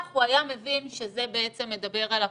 הוא היה מבין שזה בעצם מדבר על הקורונה.